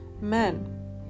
Men